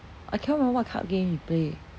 I cannot remember what card game we play